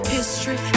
History